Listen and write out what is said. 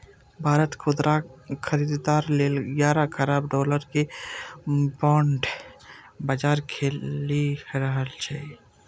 भारत खुदरा खरीदार लेल ग्यारह खरब डॉलर के बांड बाजार खोलि रहल छै